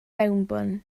mewnbwn